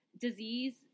Disease